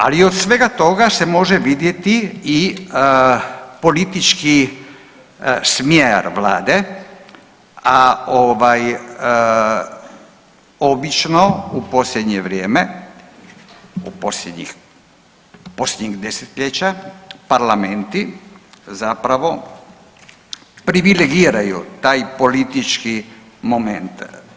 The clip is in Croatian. Ali od svega toga se može vidjeti i politički smjer Vlade, a obično u posljednje vrijeme, u posljednjih desetljeća parlamenti zapravo privilegiraju taj politički moment.